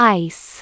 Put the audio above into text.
ice